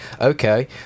okay